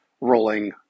rolling